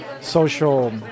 social